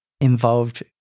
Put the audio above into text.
involved